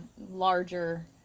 larger